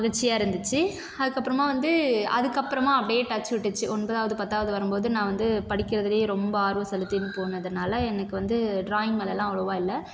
மகிழ்ச்சியாக இருந்துச்சு அதுக்கப்புறமா வந்து அதுக்கப்புறமா அப்படியே டச் விட்டுச்சு ஒன்பதாவது பத்தாவது வரும்போது நான் வந்து படிக்கிறதுலையே ரொம்ப ஆர்வம் செலுத்தின்னு போனதினால எனக்கு வந்து ட்ராயிங் மேலெல்லாம் அவ்வளோவா இல்லை